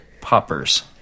poppers